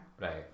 Right